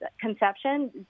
conception